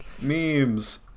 memes